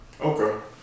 Okay